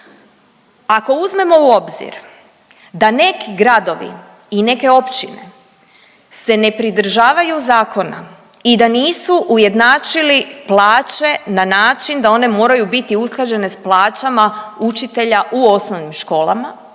Ako uzmemo u obzir da neki gradovi i neke općine se ne pridržavaju zakona i da nisu ujednačili plaće na način da one moraju biti usklađene s plaćama učitelja u osnovnim školama,